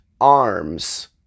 arms